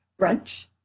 brunch